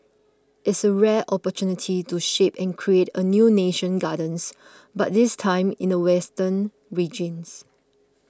it's a rare opportunity to shape and create a new national gardens but this time in the western regions